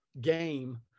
game